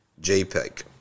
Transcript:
JPEG